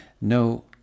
No